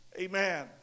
Amen